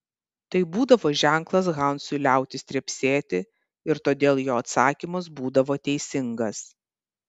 tai būdavo ženklas hansui liautis trepsėti ir todėl jo atsakymas būdavo teisingas